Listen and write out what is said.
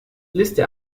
liste